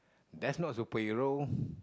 that's not superhero